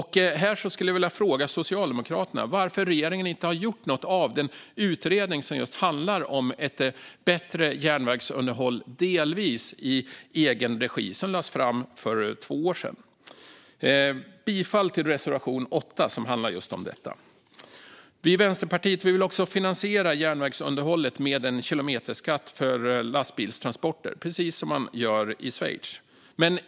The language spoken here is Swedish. Här skulle jag vilja fråga Socialdemokraterna varför regeringen inte har gjort något av den utredning som handlar om ett bättre järnvägsunderhåll, delvis i egen regi, som lades fram för två år sedan. Jag yrkar bifall till reservation 8, som handlar om just detta. Vi i Vänsterpartiet vill också finansiera järnvägsunderhållet med en kilometerskatt för lastbilstransporter, precis som man gör i Schweiz.